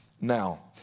Now